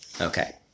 Okay